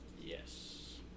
Yes